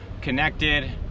connected